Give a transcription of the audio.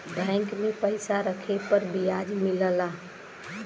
bank में पइसा रखे पर बियाज मिलला